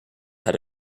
had